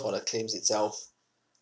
for the claims itself